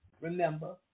remember